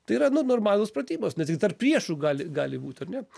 tai yra nu normalūs pratybos net ir tarp priešų gal gali būt ar ne